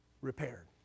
repaired